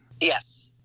Yes